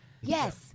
yes